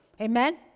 Amen